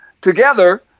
together